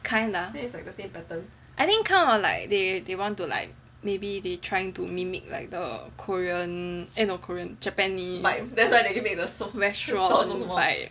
kinda I think kind of like they want to like maybe they trying to mimic like the korean eh no korean japanese restaurant vibes